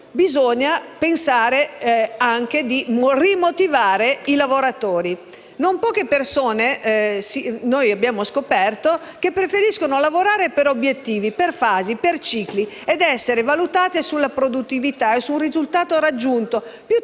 bisogna pensare anche di rimotivare i lavoratori. Non poche persone - abbiamo scoperto - preferiscono lavorare per obiettivi, per fasi, per cicli, ed essere valutate sulla produttività e sul risultato raggiunto,